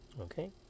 Okay